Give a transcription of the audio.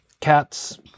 cats